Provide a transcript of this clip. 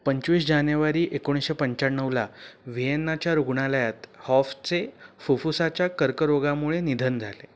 पंचवीस जानेवारी एकोणीसशे पंच्याण्णवला व्हिएन्नाच्या रुग्णालयात हॉफचे फुफ्फुसाच्या कर्करोगामुळे निधन झाले